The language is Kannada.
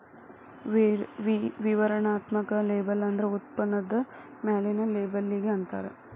ವಿವರಣಾತ್ಮಕ ಲೇಬಲ್ ಅಂದ್ರ ಉತ್ಪನ್ನದ ಮ್ಯಾಲಿನ್ ಲೇಬಲ್ಲಿಗಿ ಅಂತಾರ